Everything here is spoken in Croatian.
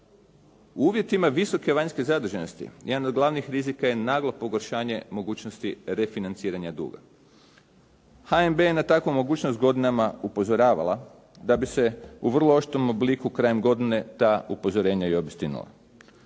U uvjetima visoke vanjske zaduženosti jedan od glavnih rizika je naglo pogoršanje mogućnosti refinanciranja duga. HNB je na takvu mogućnost godinama upozoravala da bi se u vrlo oštrom obliku krajem godine ta upozorenja i obistinila.